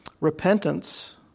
Repentance